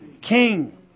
king